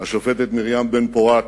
השופטת מרים בן-פורת,